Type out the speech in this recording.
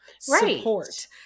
support